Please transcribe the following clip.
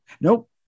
Nope